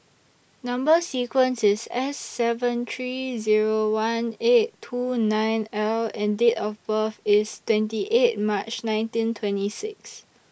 Number sequence IS S seven three Zero one eight two nine L and Date of birth IS twenty eight March nineteen twenty six